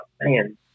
man